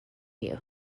you